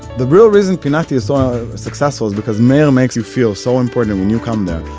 the real reason pinati is so successful is because meir makes you feel so important when you come there.